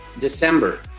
December